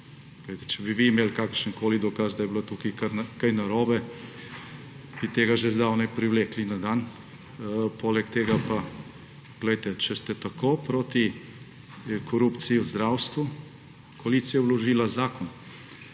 Če bi vi imeli kakršenkoli dokaz, da je bilo tukaj kaj narobe, bi tega že zdavnaj privlekli na dan. Poleg tega pa, glejte, če ste tako proti korupciji v zdravstvu, koalicija je vložila zakon